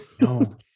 No